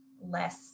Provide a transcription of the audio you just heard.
less